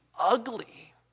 ugly